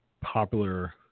popular